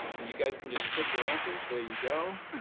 you guys can just click your answers. there you go.